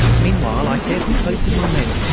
meanwhile i carefully posted my men,